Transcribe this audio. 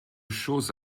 choses